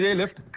yeah lift.